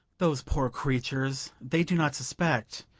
those poor creatures! they do not suspect.